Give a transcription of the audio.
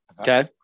Okay